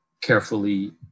carefully